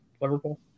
Liverpool